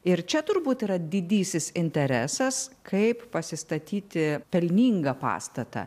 ir čia turbūt yra didysis interesas kaip pasistatyti pelningą pastatą